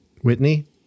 Whitney